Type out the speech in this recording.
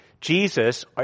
Jesus